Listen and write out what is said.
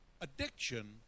Addiction